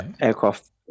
aircraft